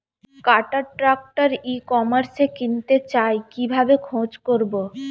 কাটার tractor ই কমার্সে কিনতে চাই কিভাবে খোঁজ করো?